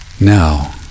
now